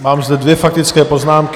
Mám zde dvě faktické poznámky.